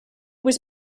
was